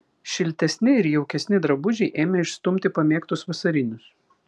šiltesni ir jaukesni drabužiai ėmė išstumti pamėgtus vasarinius